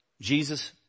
Jesus